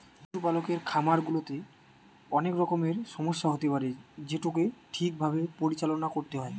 পশুপালকের খামার গুলাতে অনেক রকমের সমস্যা হতে পারে যেটোকে ঠিক ভাবে পরিচালনা করতে হয়